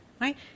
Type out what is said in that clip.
right